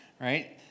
right